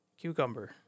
Cucumber